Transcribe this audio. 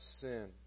Sin